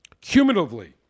Cumulatively